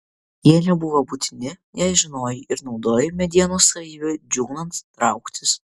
jie nebuvo būtini jei žinojai ir naudojai medienos savybę džiūnant trauktis